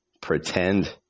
pretend